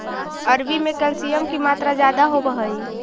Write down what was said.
अरबी में कैल्शियम की मात्रा ज्यादा होवअ हई